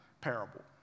parable